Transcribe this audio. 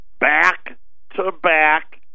back-to-back